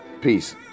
Peace